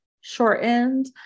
shortened